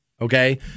Okay